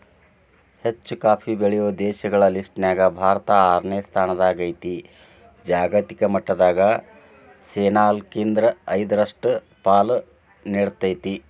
ಹೆಚ್ಚುಕಾಫಿ ಬೆಳೆಯೋ ದೇಶಗಳ ಲಿಸ್ಟನ್ಯಾಗ ಭಾರತ ಆರನೇ ಸ್ಥಾನದಾಗೇತಿ, ಜಾಗತಿಕ ಮಟ್ಟದಾಗ ಶೇನಾಲ್ಕ್ರಿಂದ ಐದರಷ್ಟು ಪಾಲು ನೇಡ್ತೇತಿ